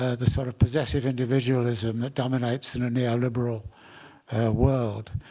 ah the sort of possessive individualism that dominates in a neoliberal world.